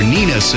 Nina